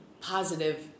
positive